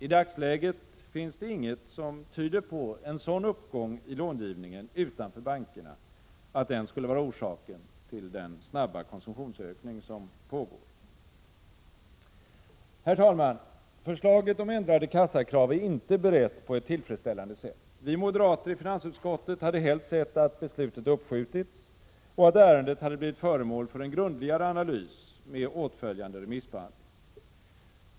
I dagsläget finns det inget som tyder på en sådan uppgång i långivningen utanför bankerna att den skulle vara orsaken till den snabba konsumtionsökning som pågår. Herr talman! Förslaget om ändrade kassakrav är inte berett på ett tillfredsställande sätt. Vi moderater i finansutskottet hade helst sett att beslutet uppskjutits och att ärendet hade blivit föremål för en grundligare analys med åtföljande remissbehandling.